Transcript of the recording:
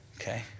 Okay